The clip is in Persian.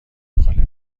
مخالفتی